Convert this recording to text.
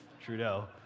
Trudeau